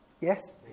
Yes